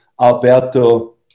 Alberto